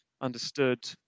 understood